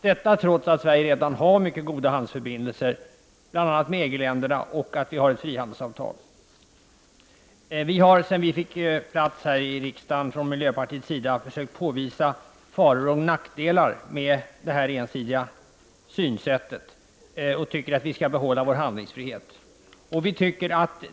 Detta trots att Sverige har mycket goda handelsförbindelser med bl.a. EG-länderna och att vi har ett frihandelsavtal. Vi från miljöpartiet har sedan vi kom in i riksdagen försökt påvisa farorna och nackdelarna med detta ensidiga synsätt. Vi tycker att vi skall behålla vår handlingsfrihet.